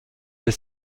elle